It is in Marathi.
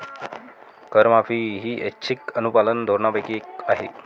करमाफी ही ऐच्छिक अनुपालन धोरणांपैकी एक आहे